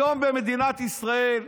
היום במדינת ישראל,